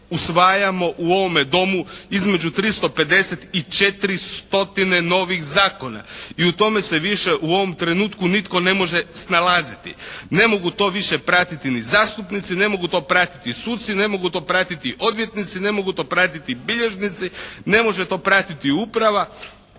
usvajamo u ovome domu između 350 i 4 stotine novih zakona i u tom se više nitko u ovome trenutku ne može snalaziti. Ne mogu to više pratiti ni zastupnici. Ne mogu to pratiti suci. Ne mogu to pratiti odvjetnici. Ne mogu to pratiti bilježnici. Ne može to pratiti uprava.